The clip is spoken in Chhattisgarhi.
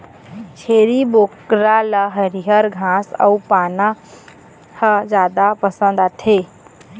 छेरी बोकरा ल हरियर घास अउ पाना ह जादा पसंद आथे